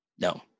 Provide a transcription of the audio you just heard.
No